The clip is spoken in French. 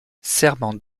serment